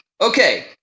Okay